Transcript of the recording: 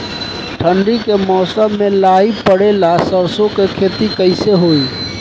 ठंडी के मौसम में लाई पड़े ला सरसो के खेती कइसे होई?